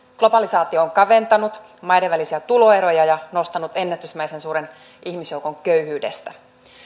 globalisaatio on kaventanut maiden välisiä tuloeroja ja nostanut ennätysmäisen suuren ihmisjoukon köyhyydestä